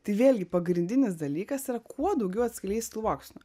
tai vėlgi pagrindinis dalykas yra kuo daugiau atskleist sluoksnių